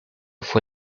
fue